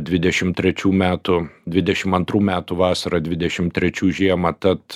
dvidešimt trečių metų dvidešim antrų metų vasarą dvidešimt trečių žiemą tad